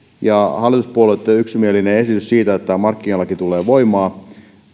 ja hallituspuolueitten yksimielinen esitys siitä että tämä markkinalaki tulee voimaan